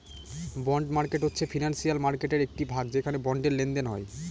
bond market হচ্ছে financial মার্কেটের একটি ভাগ যেখানে বন্ডের লেনদেন হয়